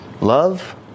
love